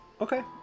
Okay